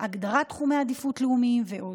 הגדרת תחומי עדיפות לאומיים ועוד.